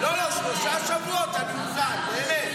לא, שלושה שבועות אני מוכן, באמת.